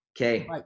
Okay